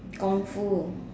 kung fu